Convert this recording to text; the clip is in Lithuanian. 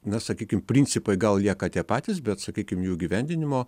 na sakykim principai gal lieka tie patys bet sakykim jų įgyvendinimo